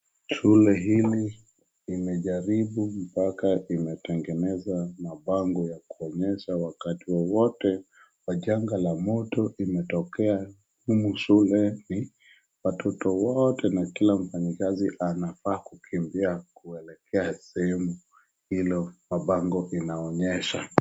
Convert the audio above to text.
Shule hili imejaribu mpaka imetengeneza mabango ya kuonyesha wakati wowote kuwa janga la moto imetokea humu shuleni, watoto wote na kila mfanyikazi anafaa kukimbia kuelekea sehemu hiyo mabango inaonyesha.